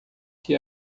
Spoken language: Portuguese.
que